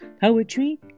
poetry